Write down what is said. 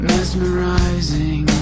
Mesmerizing